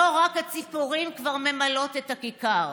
לא רק הציפורים כבר ממלאות את הכיכר.